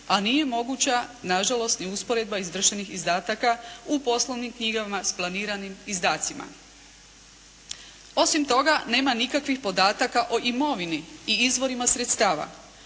a nije moguća nažalost ni usporedba izvršenih izdataka u poslovnim knjigama s planiranim izdacima. Osim toga, nema nikakvih podataka o imovini i izvorima sredstava.